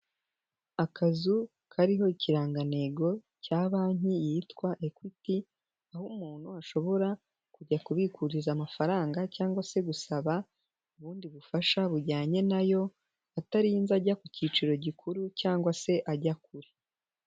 Akazu kariho ikirangantego cya banki yitwa Equity aho umuntu ashobora kujya kubikuriza amafaranga cyangwa se gusaba ubundi bufasha bujyanye na yo, atarinze ajya ku cyicaro gikuru cyangwa se ajya kure.